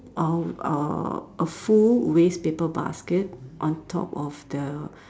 a uh a full waste paper basket on top of the